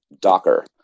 Docker